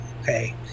okay